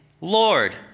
Lord